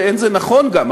וזה לא נכון גם,